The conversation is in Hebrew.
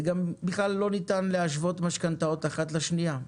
וגם בכלל לא ניתן להשוות משכנתאות אחת לשניה,